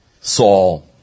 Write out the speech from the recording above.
Saul